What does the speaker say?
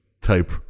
type